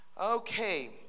okay